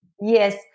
Yes